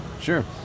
Sure